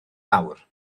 awr